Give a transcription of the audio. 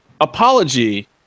apology